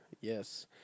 Yes